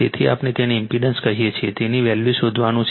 તેથી આપણે તને ઈમ્પેડન્સ કહીએ છીએ તેનું વેલ્યુ શોધવાનું છે